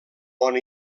bon